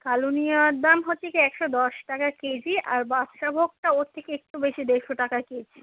কালো নুনিয়ার দাম হচ্ছে যে একশো দশ টাকা কেজি আর বাদশাভোগটা ওর থেকে একটু বেশি দেড়শো টাকা কেজি